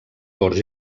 corts